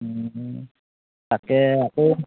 তাকে আকৌ